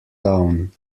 down